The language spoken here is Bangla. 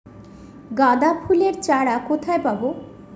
গাঁদা ফুলের চারা কোথায় পাবো?